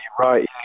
right